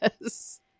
Yes